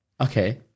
Okay